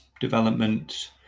development